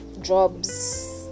jobs